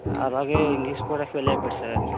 అలాగే ఇంగ్లీష్ కూడా ఫెయిల్ అయిపోయాడు సార్